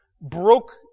broke